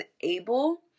able